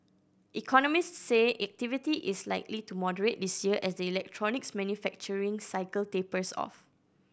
economists say activity is likely to moderate this year as the electronics manufacturing cycle tapers off